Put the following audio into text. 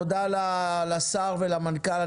תודה לשר ולמנכ"ל.